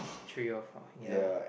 three or four ya